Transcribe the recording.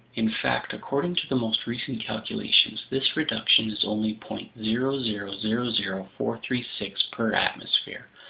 in fact, according to the most recent calculations, this reduction is only point zero zero zero zero four three six per atmosphere,